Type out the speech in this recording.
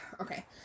Okay